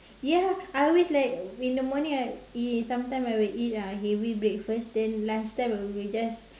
ya I always like in the morning I eat sometime I will eat lah heavy breakfast then lunch time I will just